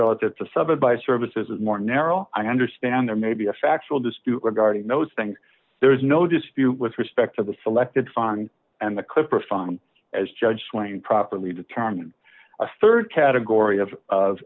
relative to suffered by services is more narrow i understand there may be a factual dispute regarding those things there is no dispute with respect to the selected fund and the clipper fine as judge swing properly determined a rd category of